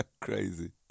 Crazy